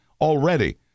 already